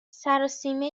سراسیمه